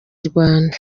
rwanda